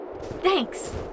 Thanks